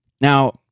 Now